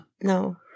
No